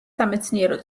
სამეცნიერო